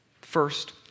First